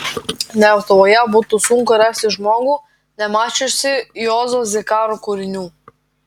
lietuvoje būtų sunku rasti žmogų nemačiusį juozo zikaro kūrinių